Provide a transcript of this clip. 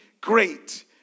great